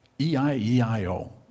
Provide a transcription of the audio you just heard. E-I-E-I-O